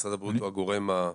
משרד הבריאות הוא הגורם המקצועי,